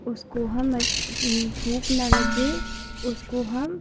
उसको हम जिन धूप ना लगे उसको हम